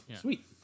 Sweet